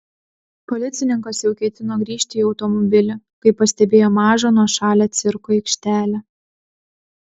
policininkas jau ketino grįžti į automobilį kai pastebėjo mažą nuošalią cirko aikštelę